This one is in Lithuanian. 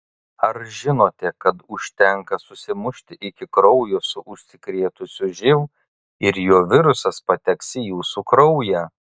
ar žinote kad užtenka susimušti iki kraujo su užsikrėtusiu živ ir jo virusas pateks į jūsų kraują